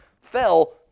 fell